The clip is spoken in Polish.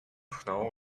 pchną